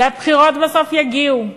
הבחירות בסוף יגיעו,